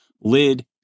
Lid